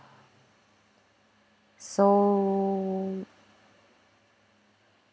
so